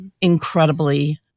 incredibly